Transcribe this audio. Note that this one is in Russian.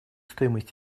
стоимость